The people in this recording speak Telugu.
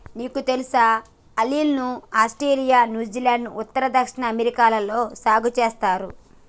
నీకు తెలుసా ఆలివ్ ను ఆస్ట్రేలియా, న్యూజిలాండ్, ఉత్తర, దక్షిణ అమెరికాలలో సాగు సేస్తారు